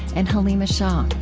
and haleema shah